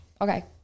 Okay